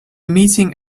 meeting